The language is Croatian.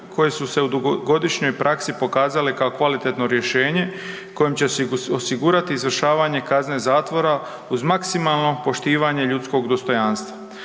koje su se u dugogodišnjoj praksi pokazale kao kvalitetno rješenje kojim će osigurati izvršavanje kazne zatvora uz maksimalno poštivanje ljudskog dostojanstva.